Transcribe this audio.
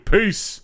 Peace